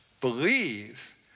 believes